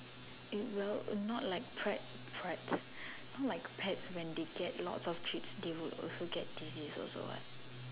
it will not like right you know like pets when they get lots of treats they would also get disease also what